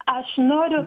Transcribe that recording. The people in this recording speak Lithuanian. aš noriu